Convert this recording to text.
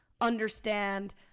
understand